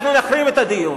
אנחנו נחרים את הדיון,